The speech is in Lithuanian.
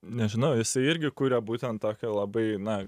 nežinau jisai irgi kuria būtent tokią labai na